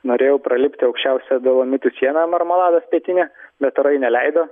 norėjau pralipti aukščiausią dolomitų sieną marmalados pietinę bet orai neleido